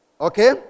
Okay